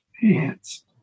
pants